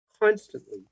Constantly